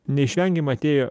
neišvengiamai atėjo